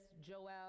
Joel